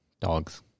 dogs